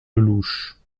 lellouche